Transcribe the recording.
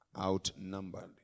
outnumbered